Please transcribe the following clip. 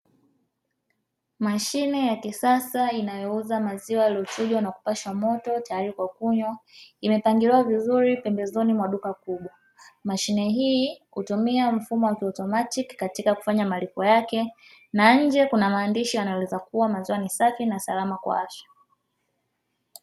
Mashine ya kisasa inayouza maziwa yaliyuchujwa na kupashwa moto tayari kwa kunywa imepangiliwa vizuri pembezoni mwa duka kubwa. Mashine hii hutumia mfumo wa kiautomatiki katika kufanya malipo yake na nje kuna maandishi yanayoeleza kuwa maziwa ni safi na salama kwa afya.